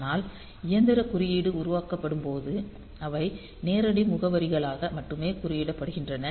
ஆனால் இயந்திர குறியீடு உருவாக்கப்படும் போது அவை நேரடி முகவரிகளாக மட்டுமே குறியிடப்படுகின்றன